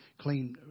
clean